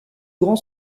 grand